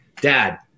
dad